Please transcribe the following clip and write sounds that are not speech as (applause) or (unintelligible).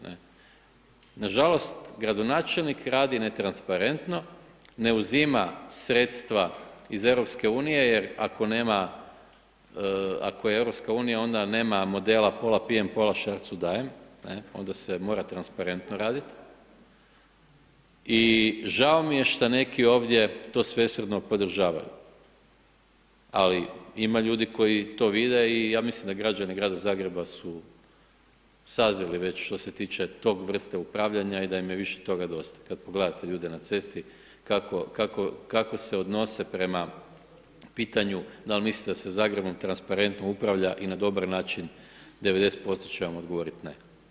Nažalost, gradonačelnik radi netransparentno, ne uzima sredstva iz EU, jer ako nema, ako je EU, onda nema modela pola pijem, pola … (unintelligible) dajem, onda se mora transparentno raditi i žao mi je što neki ovdje to svesvrno podržavaju, ali ima ljudi koj to vide i ja mislim da građani Grada Zagreba su sazrili već što se tiče tog vrste upravljanja i da im je više toga dosta, kada pogledate ljude na cesti, kako se odnose prema pitanju, dal misle da se Zagrebom transparentno upravlja i na dobar način, 90% će vam odgovoriti ne.